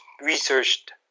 researched